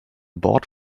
board